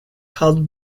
called